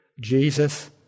Jesus